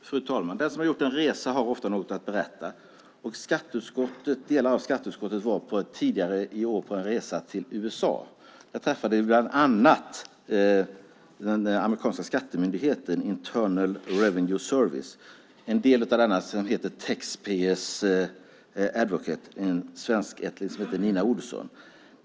Fru talman! Den som har gjort en resa har ofta något att berätta. Delar av skatteutskottet var tidigare i år på en resa till USA, där vi bland annat träffade den amerikanska skattemyndigheten, Internal Revenue Service. En del av denna heter Taxpayer Advocate, och där finns en svenskättling som heter Nina E Olson.